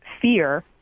fear